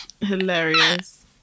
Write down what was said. Hilarious